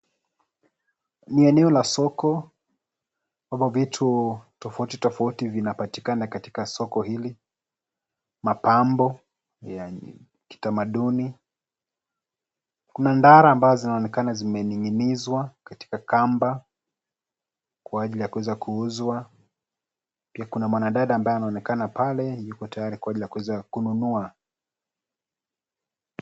Ni eneo la soko naona vitu tofauti tofuti zinapatikana katika soko hili. Mapambo ya kitamanduni, kuna ndara ambazo zinaonekana zimeninginizwa katika kamba kwa ajili ya kuweza kuuzwa na kuna mwanadada ambaye anaonekana pale yuko tayari kuweza kununua.